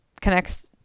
connects